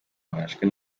barashwe